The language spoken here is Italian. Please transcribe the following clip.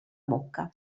bocca